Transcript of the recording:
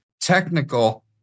technical